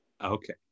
Okay